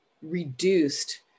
Reduced